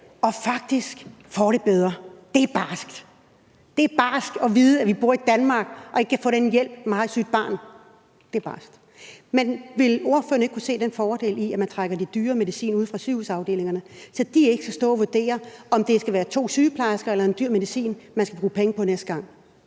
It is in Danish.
og faktisk får det bedre. Det er barsk. Det er barsk at vide, at vi bor i Danmark og ikke kan få den hjælp, når man har et sygt barn – det er barsk. Men vil ordføreren ikke kunne se en fordel i, at man trækker den dyre medicin ud fra sygehusafdelingerne, så de ikke skal stå og vurdere, om det skal være to sygeplejersker eller en dyr medicin, man skal bruge penge på næste gang?